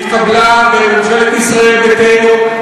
התקבלה בממשלת ישראל ביתנו,